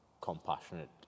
compassionate